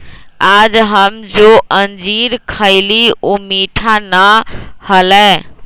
आज हम जो अंजीर खईली ऊ मीठा ना हलय